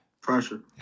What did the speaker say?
pressure